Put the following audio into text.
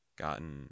gotten